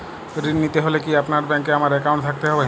ঋণ নিতে হলে কি আপনার ব্যাংক এ আমার অ্যাকাউন্ট থাকতে হবে?